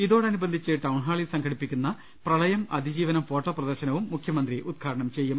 ഇതോടനുബന്ധിച്ച് ടൌൺഹാളിൽ സംഘടിപ്പി ക്കുന്ന പ്രളയം അതിജീവനം ഫോട്ടോ പ്രദർശനവും മുഖ്യമന്ത്രി ഉദ്ഘാടനം ചെയ്യും